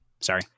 sorry